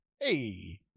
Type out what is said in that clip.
Hey